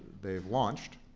they have launched.